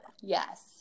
yes